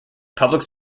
public